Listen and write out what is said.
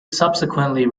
subsequently